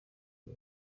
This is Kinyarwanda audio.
uru